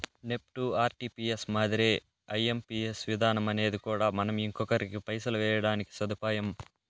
NEFT, RTGS మాదిరే IMPS విధానమనేది కూడా మనం ఇంకొకరికి పైసలు వేయడానికి సదుపాయం